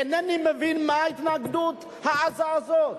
אינני מבין מה ההתנגדות העזה הזאת.